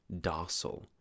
docile